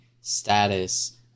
status